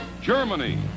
germany